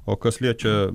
o kas liečia